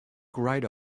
great